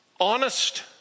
honest